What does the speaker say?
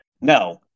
no